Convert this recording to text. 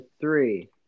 three